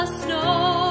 snow